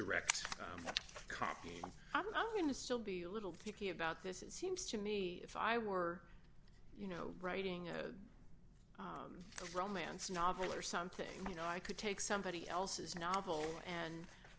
direct copying i'm going to still be a little picky about this it seems to me if i were you know writing a a romance novel or something you know i could take somebody else's novel and